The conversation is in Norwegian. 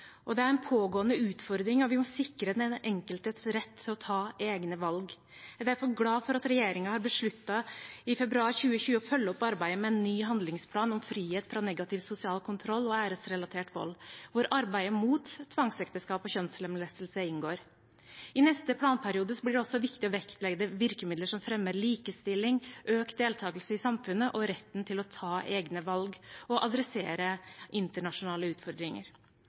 og det er en pågående utfordring at vi må sikre den enkeltes rett til å ta egne valg. Jeg er derfor glad for at regjeringen i februar 2020 besluttet å følge opp arbeidet med en ny handlingsplan om frihet fra negativ sosial kontroll og æresrelatert vold, hvor arbeidet mot tvangsekteskap og kjønnslemlestelse inngår. I neste planperiode blir det også viktig å vektlegge virkemidler som fremmer likestilling, økt deltakelse i samfunnet og retten til å ta egne valg, og adressere internasjonale utfordringer.